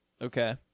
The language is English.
Okay